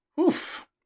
Oof